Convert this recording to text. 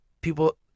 people